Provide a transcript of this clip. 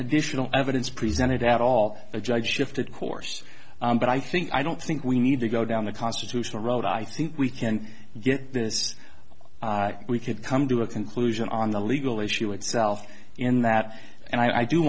additional evidence presented at all the judge shifted course but i think i don't think we need to go down the constitutional road i think we can get this we could come to a conclusion on the legal issue itself in that and i